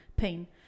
pain